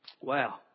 Wow